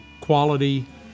quality